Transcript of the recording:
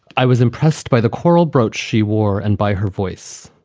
i was impressed by the coral brooch she wore and by her voice.